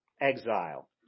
exile